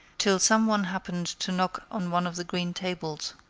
till some one happened to knock on one of the green tables.